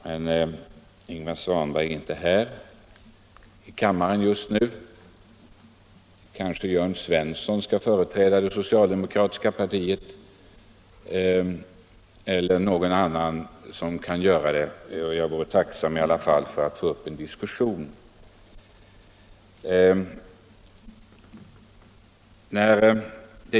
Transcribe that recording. Men Ingvar Svanberg är inte här i kammaren just nu. Kanske Jörn Svensson skall företräda det socialdemokratiska partiet — eller det kanske finns någon annan som kan göra det. Jag vore i alla fall tacksam för att få en diskussion.